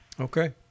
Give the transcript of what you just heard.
Okay